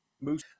moose